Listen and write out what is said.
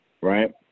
right